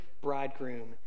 bridegroom